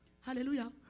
Hallelujah